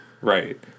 Right